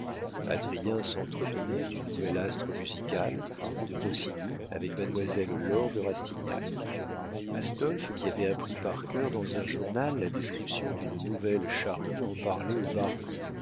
adrien s'entretenait du nouvel astre musical de rossini avec mademoiselle laure de rastignac astolphe qui avait appris par cœur dans un journal la description d'une nouvelle charrue en parlait au baron